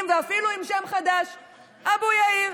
על איך אתה לאומי,